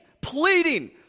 pleading